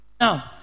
Now